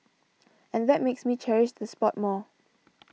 and that makes me cherish the spot more